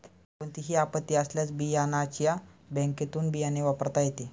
कोणतीही आपत्ती आल्यास बियाण्याच्या बँकेतुन बियाणे वापरता येते